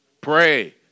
pray